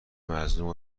مظلوم